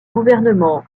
gouvernement